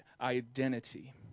identity